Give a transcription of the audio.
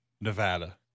nevada